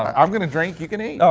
i'm going to drink. you can eat.